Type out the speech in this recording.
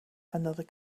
another